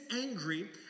angry